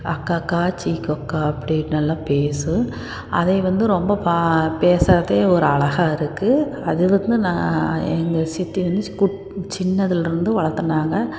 அக்காக்கா சி கொக்கா அப்டினுல்லாம் பேசும் அதை வந்து ரொம்ப பேசுகிறதே ஒரு அழகாக இருக்கும் அது வந்து நான் எங்கள் சித்தி வந்து சின்னதுலேருந்து வளத்துனாங்க